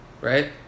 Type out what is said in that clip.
right